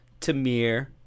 Tamir